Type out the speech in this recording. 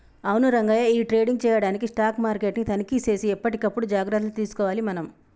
అవును రంగయ్య ఈ ట్రేడింగ్ చేయడానికి స్టాక్ మార్కెట్ ని తనిఖీ సేసి ఎప్పటికప్పుడు జాగ్రత్తలు తీసుకోవాలి మనం